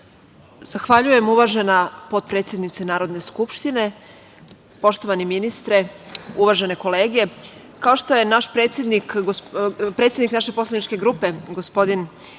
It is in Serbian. Zahvaljujem, uvažena potpredsednice Narodne skupštine. Poštovani ministre, uvažene kolege, kao što je predsednik naše poslaničke grupe, gospodin Dragan Marković,